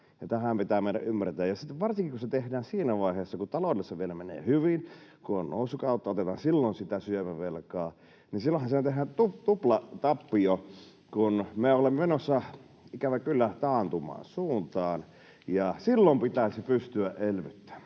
Tämähän pitää meidän ymmärtää. Sitten varsinkin kun se tehdään siinä vaiheessa, kun taloudessa vielä menee hyvin, kun on nousukautta, ja otetaan silloin sitä syömävelkaa, niin silloinhan tehdään tuplatappio, kun me ollaan menossa, ikävä kyllä, taantuman suuntaan ja silloin pitäisi pystyä elvyttämään.